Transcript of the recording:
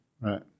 Right